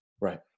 Right